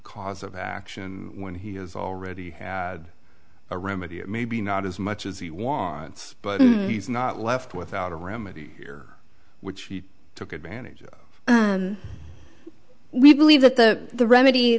cause of action when he has already had a remedy and maybe not as much as he wants but he's not left without a remedy here which he took advantage of we believe that the the remedy